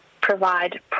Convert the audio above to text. provide